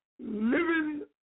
living